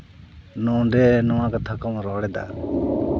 ᱱᱚᱰᱮ ᱱᱚᱣᱟ ᱠᱟᱛᱷᱟ ᱠᱚᱢ ᱨᱚᱲ ᱮᱫᱟ